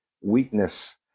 weakness